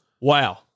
Wow